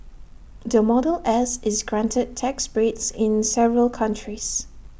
the model S is granted tax breaks in several countries